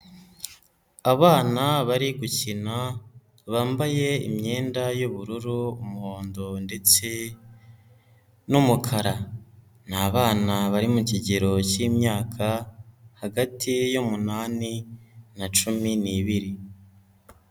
Abana bari gukina bambaye imyenda y'ubururu, umuhondo ndetse n'umukara, ni abana bari mu kigero k'imyaka hagati y'umunani na cumi n'ibiri.